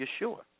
Yeshua